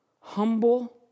humble